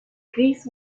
chris